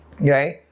Okay